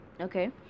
Okay